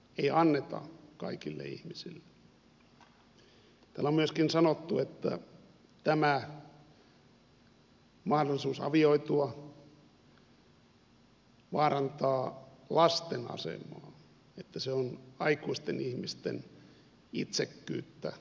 täällä on myöskin sanottu että tämä mahdollisuus avioitua vaarantaa lasten asemaa että se on aikuisten ihmisten itsekkyyttä lasten kustannuksella